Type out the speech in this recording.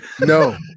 No